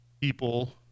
people